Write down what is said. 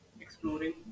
exploring